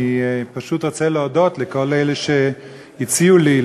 אני פשוט רוצה להודות לכל אלה שהציעו לי,